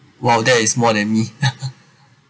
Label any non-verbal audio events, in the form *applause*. !wow! that is more than me *laughs*